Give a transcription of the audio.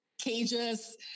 cages